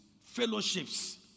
fellowships